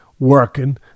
working